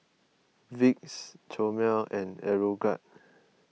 Vicks Chomel and Aeroguard